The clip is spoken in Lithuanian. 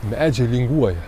medžiai linguoja